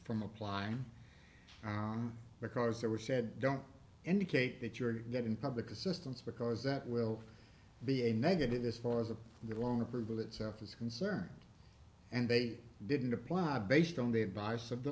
from applying because they were said don't indicate that you're getting public assistance because that will be a negative as far as the long approval itself is concerned and they didn't apply based on the advice of the